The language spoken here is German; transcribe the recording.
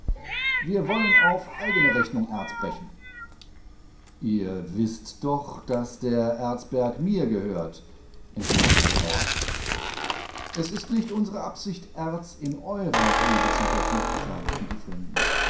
wir wollen auf eigene rechnung erz brechen ihr wißt doch daß der erzberg mir gehört entgegnete der bauer es ist nicht unsere absicht erz in eurer grube zu brechen sagten die fremden